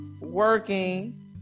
working